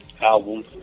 album